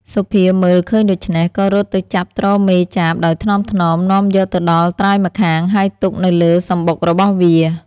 សុភាមើល ឃើញដូច្នេះក៏រត់ទៅចាប់ទ្រមេចាបដោយថ្នមៗនាំយកទៅដល់ត្រើយម្ខាង ហើយទុកនៅលើសំបុករបស់វា ។